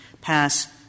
pass